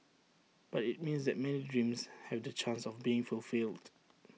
but IT means that many dreams have the chance of being fulfilled